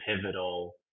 pivotal